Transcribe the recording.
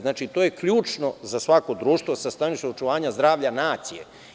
Znači, to je ključno za svako društvo sa stanovišta očuvanja zdravlja nacije.